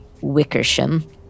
Wickersham